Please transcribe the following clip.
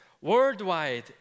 worldwide